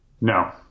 No